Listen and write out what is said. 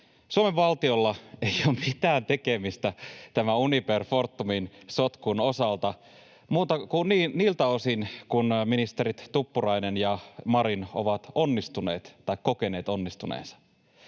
Suomen valtiolla ei ole mitään tekemistä tämä Uniper—Fortumin sotkun osalta muuta kuin niiltä osin kuin ministerit Tuppurainen ja Marin ovat onnistuneet — tai kokeneet onnistuneensa.